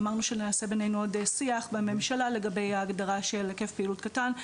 אמרנו שנעשה בינינו עוד שיח בממשלה לגבי ההגדרה של היקף פעילות קטן,